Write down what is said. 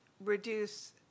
reduce